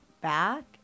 back